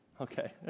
Okay